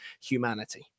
humanity